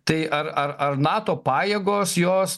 tai ar ar ar nato pajėgos jos